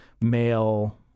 male